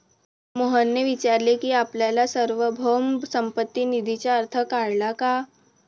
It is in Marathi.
मोहनने विचारले की आपल्याला सार्वभौम संपत्ती निधीचा अर्थ कळला का?